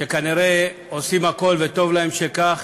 שכנראה עושים הכול, וטוב להם שכך,